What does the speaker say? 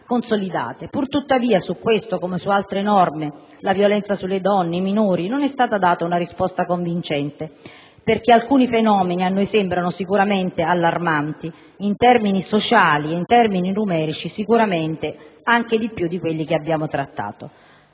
Pur tuttavia, su questo, come su altre norme (relative alla violenza sulle donne e sui minori), non è stata data una risposta convincente, perché alcuni fenomeni a noi sembrano allarmanti, in termini sociali e numerici, sicuramente anche di più di quelli che abbiamo trattato.